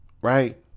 right